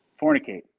fornicate